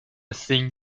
thing